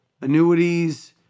annuities